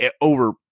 over